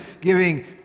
giving